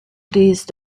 these